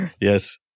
Yes